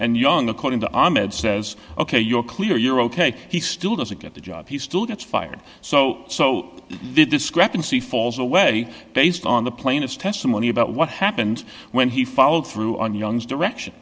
and young according to ahmed says ok you're clear you're ok he still doesn't get the job he still gets fired so so the discrepancy falls away based on the plainest testimony about what happened when he followed through on young's direction